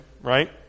Right